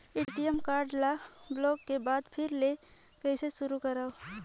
ATM card ल block के बाद फिर ले कइसे शुरू करव?